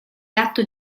gatto